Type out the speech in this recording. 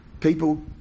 people